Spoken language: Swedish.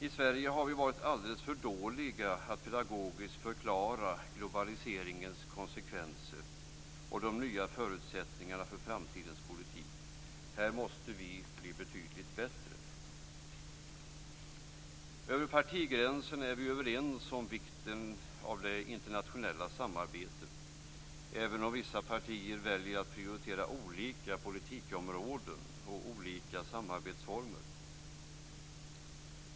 I Sverige har vi varit alldeles för dåliga på att pedagogiskt förklara globaliseringens konsekvenser och de nya förutsättningarna för framtidens politik. Här måste vi bli betydligt bättre. Över partigränserna är vi överens om vikten av det internationella samarbetet, även om olika partier väljer att prioritera olika politikområden och olika samarbetsformer.